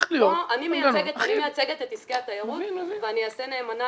אני מייצגת את עסקי התיירות ואני אהיה נאמנה